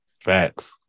Facts